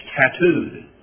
tattooed